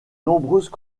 nombreuses